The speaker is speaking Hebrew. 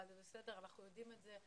אבל בסדר, אנחנו יודעים את זה.